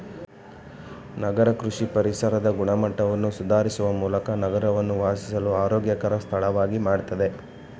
ನಗರ ಕೃಷಿ ಪರಿಸರದ ಗುಣಮಟ್ಟವನ್ನು ಸುಧಾರಿಸುವ ಮೂಲಕ ನಗರವನ್ನು ವಾಸಿಸಲು ಆರೋಗ್ಯಕರ ಸ್ಥಳವಾಗಿ ಮಾಡ್ತದೆ